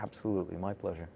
absolutely my pleasure